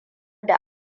da